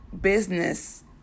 business